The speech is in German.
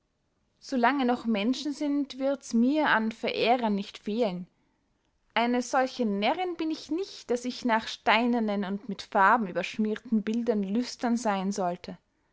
lange noch menschen sind wirds mir an verehrern nicht fehlen eine solche närrinn bin ich nicht daß ich nach steinernen und mit farben überschmierten bildern lüstern seyn sollte